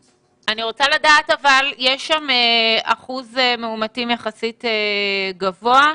יש שם אחוז מאומתים יחסית גבוה.